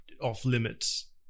off-limits